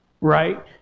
right